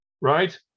right